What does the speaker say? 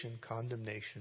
condemnation